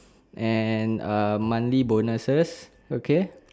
and uh monthly bonuses okay